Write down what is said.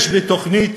יש בתוכנית,